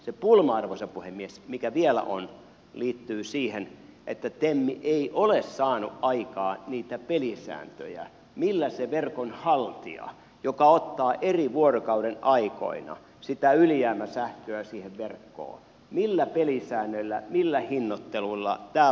se pulma arvoisa puhemies mikä vielä on liittyy siihen että tem ei ole saanut aikaan niitä pelisääntöjä millä se verkon haltija ottaa eri vuorokaudenaikoina sitä ylijäämäsähköä siihen verkkoon millä hinnoittelulla tämä vastaanottaminen tapahtuu